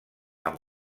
amb